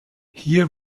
hier